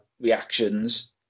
reactions